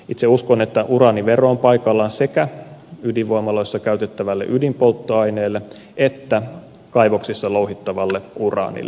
itse uskon että uraanivero on paikallaan sekä ydinvoimaloissa käytettävälle ydinpolttoaineelle että kaivoksissa louhittavalle uraanille